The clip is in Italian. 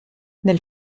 nel